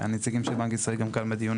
הנציגים של בנק ישראל נמצאים כאן בדיון,